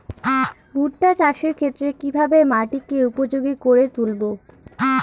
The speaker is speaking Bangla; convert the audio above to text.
ভুট্টা চাষের ক্ষেত্রে কিভাবে মাটিকে উপযোগী করে তুলবো?